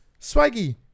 swaggy